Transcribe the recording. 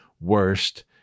worst